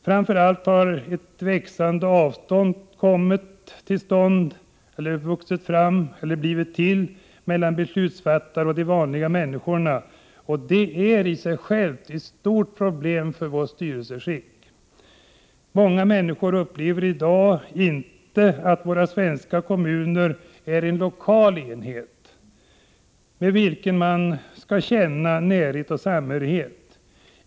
Framför allt har ett växande avstånd vuxit fram mellan beslutsfattare och de vanliga människorna, och det är ett stort problem för vårt styrelseskick. Många människor upplever i dag inte att våra svenska kommuner är lokala enheter, med vilka de känner närhet och samhörighet.